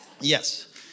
Yes